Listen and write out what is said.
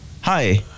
Hi